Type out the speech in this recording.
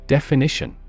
Definition